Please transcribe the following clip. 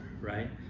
right